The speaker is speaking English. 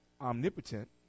Omnipotent